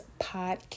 podcast